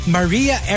Maria